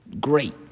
great